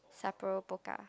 Sapporo Pokka